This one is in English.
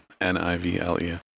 N-I-V-L-E